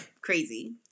Crazy